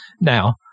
now